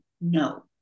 no